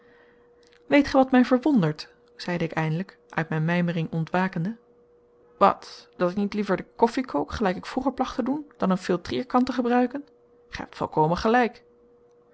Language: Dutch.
weet gij wat mij verwondert zeide ik eindelijk uit mijn mijmering ontwakende wat dat ik niet liever de koffie kook gelijk ik vroeger placht te doen dan een filtreerkan te gebruiken gij hebt volkomen gelijk